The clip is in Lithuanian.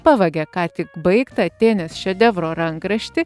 pavagia ką tik baigtą atėnės šedevro rankraštį